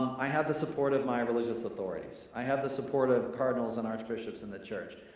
i have the support of my religious authorities. i have the support of cardinals and archbishops in the church.